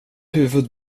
huvud